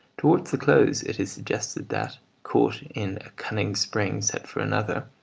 towards the close it is suggested that, caught in a cunning spring set for another,